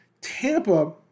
Tampa